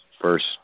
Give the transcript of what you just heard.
first